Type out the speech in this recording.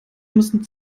müssen